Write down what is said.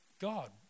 God